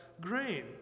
grain